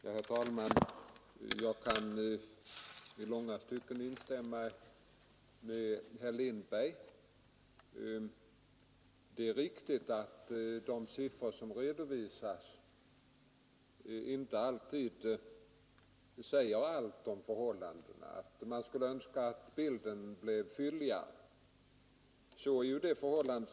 Herr talman! Jag kan i långa stycken instämma i vad herr Lindberg sade. Det är riktigt att de siffror som redovisas inte alltid säger allt om rådande förhållanden. Man skulle önska att bilden kunde göras fylligare.